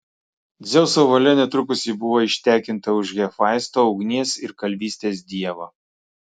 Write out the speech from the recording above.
dzeuso valia netrukus ji buvo ištekinta už hefaisto ugnies ir kalvystės dievo